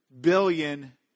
billion